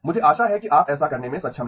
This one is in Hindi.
मुझे आशा है कि आप ऐसा करने में सक्षम रहे